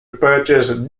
purchase